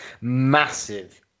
massive